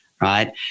Right